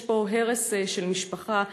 יש פה הרס של משפחה,